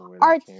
art